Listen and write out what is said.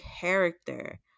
character